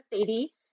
Sadie